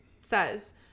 says